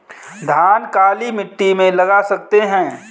धान काली मिट्टी में लगा सकते हैं?